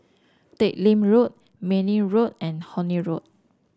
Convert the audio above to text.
Teck Lim Road Mayne Road and Horne Road